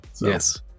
yes